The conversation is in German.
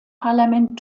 parlament